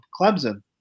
Clemson